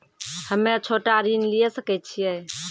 हम्मे छोटा ऋण लिये सकय छियै?